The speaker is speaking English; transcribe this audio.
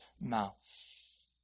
mouth